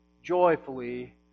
joyfully